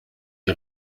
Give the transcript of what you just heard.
die